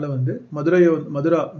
Madura